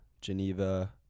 Geneva